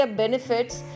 benefits